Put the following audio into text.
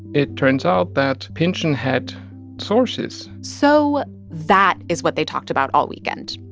it turns out that pynchon had sources so that is what they talked about all weekend,